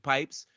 Pipes